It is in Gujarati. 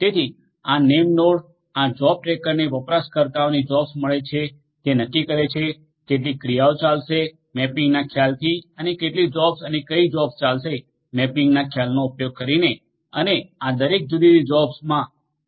તેથી આ નેમનાોડ આ જોબ ટ્રેકરને વપરાશકર્તાઓની જોબ્સ મળે છે તે નક્કી કરે છે કે કેટલી ક્રિયાઓ ચાલશે મેપિંગના ખ્યાલથી અને કેટલી જોબ્સ અને કઈ જોબ્સ ચાલશે મેપિંગના ખ્યાલનો ઉપયોગ કરીને અને આ દરેક જુદી જુદી જોબ્સ